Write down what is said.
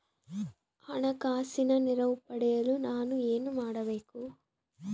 ಹಣಕಾಸಿನ ನೆರವು ಪಡೆಯಲು ನಾನು ಏನು ಮಾಡಬೇಕು?